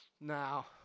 Now